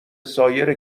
سایر